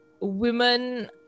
women